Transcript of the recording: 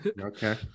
Okay